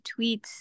tweets